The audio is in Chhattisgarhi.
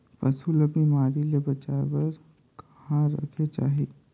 पशु ला बिमारी ले बचाय बार कहा रखे चाही?